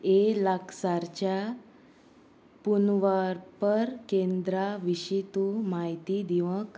ए लागसारच्या पुनवारपर केंद्रा विशीं तूं म्हायती दिवंक